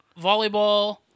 Volleyball